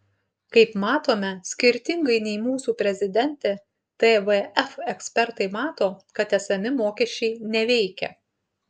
kaip matome skirtingai nei mūsų prezidentė tvf ekspertai mato kad esami mokesčiai neveikia